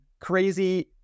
crazy